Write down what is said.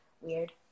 weird